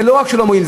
זה לא רק שלא מועיל,